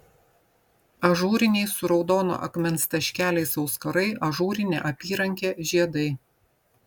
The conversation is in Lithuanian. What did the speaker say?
ažūriniai su raudono akmens taškeliais auskarai ažūrinė apyrankė žiedai